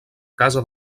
casa